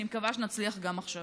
אני מקווה שנצליח גם עכשיו.